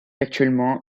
actuellement